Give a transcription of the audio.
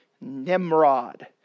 Nimrod